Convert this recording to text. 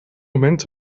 moment